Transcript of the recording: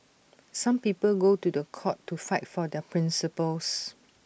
some people go to The Court to fight for their principles